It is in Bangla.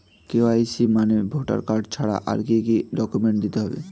কে.ওয়াই.সি মানে ভোটার কার্ড ছাড়া আর কি কি ডকুমেন্ট দিতে হবে?